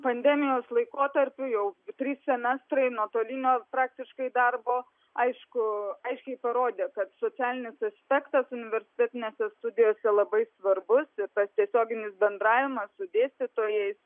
pandemijos laikotarpiu jau trys semestrai nuotolinio praktiškai darbo aišku aiškiai parodė kad socialinis aspektas universitetinėse studijose labai svarbus ir tas tiesioginis bendravimas su dėstytojais